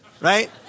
right